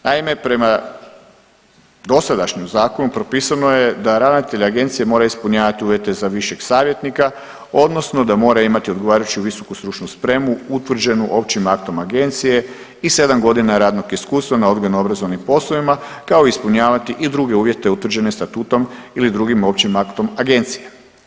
Naime, prema dosadašnjem zakonu propisano je da ravnatelj agencije mora ispunjavati uvjete za višeg savjetnika, odnosno da mora imati odgovarajuću visoku stručnu spremu utvrđenu općim aktom agencije i 7 godina radnog iskustva na odgojno-obrazovnim poslovima kao i ispunjavati druge uvjete utvrđene statutom ili drugim općim aktom Agencije.